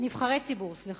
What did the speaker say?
נבחרי ציבור, סליחה.